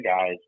guys